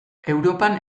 europan